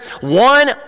One